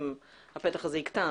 הפתח הזה יקטן,